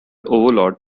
overload